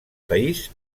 país